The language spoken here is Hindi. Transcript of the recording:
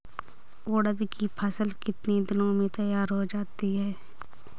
उड़द की फसल कितनी दिनों में तैयार हो जाती है?